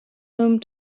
home